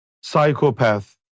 Psychopath